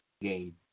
game